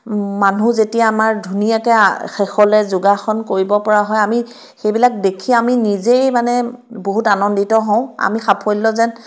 মানুহ যেতিয়া আমাৰ ধুনীয়াকৈ শেষলৈ যোগাসন কৰিব পৰা হয় আমি সেইবিলাক দেখি আমি নিজেই মানে বহুত আনন্দিত হওঁ আমি সাফল্য যেন